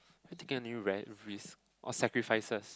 I taken on you rare risks or sacrifices